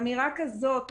אמירה כזאת,